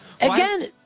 Again